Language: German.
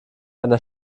einer